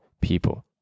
people